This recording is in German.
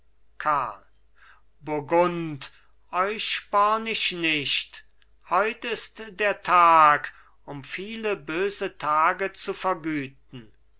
ich nicht heut ist der tag um viele böse tage zu vergüten